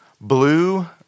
Blue